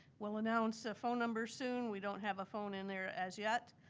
we'll announce a phone number soon. we don't have a phone in there as yet,